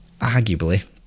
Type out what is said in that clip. arguably